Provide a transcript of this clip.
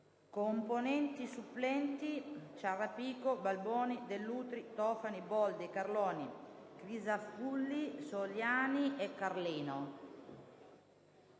Componenti supplenti, senatori: Ciarrapico, Balboni, Dell'Utri, Tofani, Boldi, Carloni, Crisafulli, Soliani, Carlino.